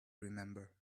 remember